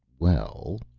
well.